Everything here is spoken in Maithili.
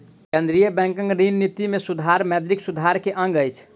केंद्रीय बैंकक ऋण निति में सुधार मौद्रिक सुधार के अंग अछि